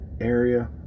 area